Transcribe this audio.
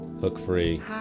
Hook-free